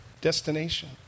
destination